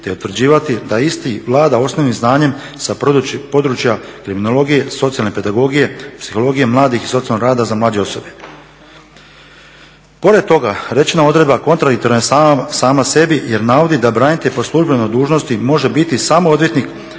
te utvrđivati da isti vlada osnovnim znanjem sa područja kriminalogije, socijalne pedagogije, psihologije mladih i socijalnog rada za mlađe osobe. Pored toga rečena odredba kontradiktorna je sama sebi jer navodi da branitelj po službenoj dužnosti može biti samo odvjetnik